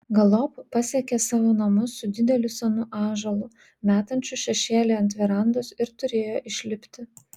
galop pasiekė savo namus su dideliu senu ąžuolu metančiu šešėlį ant verandos ir turėjo išlipti